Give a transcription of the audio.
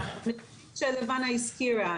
כמו שלבנה הזכירה,